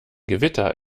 gewitter